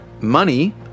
Money